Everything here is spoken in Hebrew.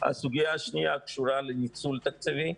הסוגיה השניה קשורה לניצול תקציבי,